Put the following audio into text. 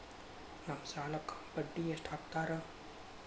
ನಮ್ ಸಾಲಕ್ ಬಡ್ಡಿ ಎಷ್ಟು ಹಾಕ್ತಾರ?